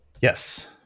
Yes